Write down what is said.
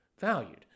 valued